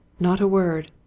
not a word!